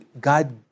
God